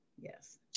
yes